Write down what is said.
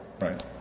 Right